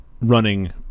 running